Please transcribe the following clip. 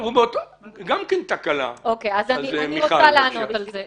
אני רוצה לענות על זה.